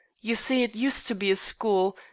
you see it used to be a school,